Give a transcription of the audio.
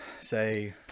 say